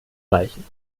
reichen